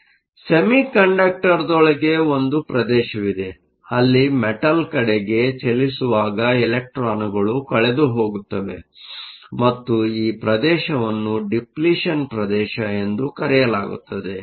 ಆದ್ದರಿಂದ ಸೆಮಿಕಂಡಕ್ಟರ್ದೊಳಗೆ ಒಂದು ಪ್ರದೇಶವಿದೆ ಅಲ್ಲಿ ಮೆಟಲ್Metal ಕಡೆಗೆ ಚಲಿಸುವಾಗ ಇಲೆಕ್ಟ್ರಾನ್ಗಳು ಕಳೆದುಹೋಗುತ್ತವೆ ಮತ್ತು ಈ ಪ್ರದೇಶವನ್ನು ಡಿಪ್ಲೀಷನ್ ಪ್ರದೇಶ ಎಂದು ಕರೆಯಲಾಗುತ್ತದೆ